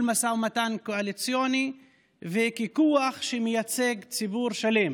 משא ומתן קואליציוני וככוח שמייצג ציבור שלם.